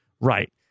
Right